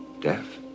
Deaf